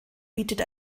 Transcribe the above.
bietet